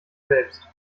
selbst